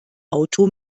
auto